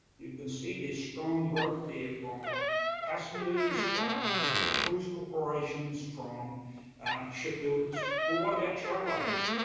you can see this strong growth there from passengers, from cruise corporations, from shipbuilders. well, what about travel agents?